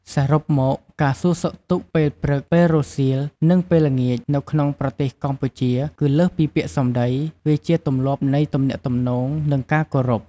សរុបមក ការសួរសុខទុក្ខពេលព្រឹក ពេលរសៀល និងពេលល្ងាចនៅក្នុងប្រទេសកម្ពុជា គឺលើសពីពាក្យសម្ដី វាជាទម្លាប់នៃទំនាក់ទំនង និងការគោរព។